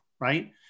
right